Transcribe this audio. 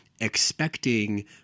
expecting